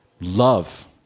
love